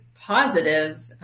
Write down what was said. positive